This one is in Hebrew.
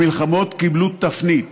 המלחמות קיבלו תפנית.